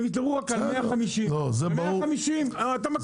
הם דיברו רק על 150. אתה מכיר את זה.